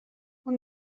اون